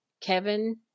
Kevin